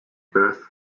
birth